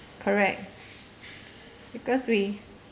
correct because we